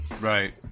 Right